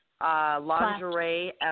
Lingerie